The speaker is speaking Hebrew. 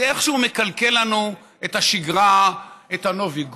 זה איכשהו מקלקל לנו את השגרה, את נובי גוד,